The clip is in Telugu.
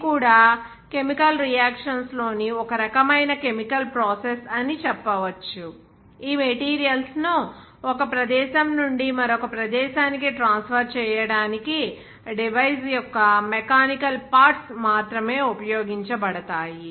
ఇది కూడా కెమికల్ రియాక్షన్స్ లేని ఒక రకమైన కెమికల్ ప్రాసెస్ అని చెప్పవచ్చు ఈ మెటీరియల్స్ ను ఒక ప్రదేశం నుండి మరొక ప్రదేశానికి ట్రాన్స్ఫర్ చేయడానికి డివైస్ యొక్క మెకానికల్ పార్ట్స్ మాత్రమే ఉపయోగించబడతాయి